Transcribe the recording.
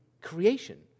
creation